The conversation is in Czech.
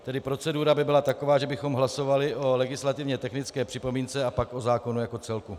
Tedy procedura by byla taková, že bychom hlasovali o legislativně technické připomínce a pak o zákonu jako celku.